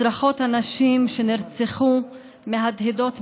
וצרחות הנשים שנרצחו מהדהדות בראשי.